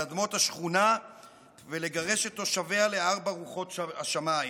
על אדמות השכונה ולגרש את תושביה לארבע רוחות השמיים.